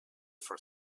for